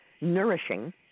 nourishing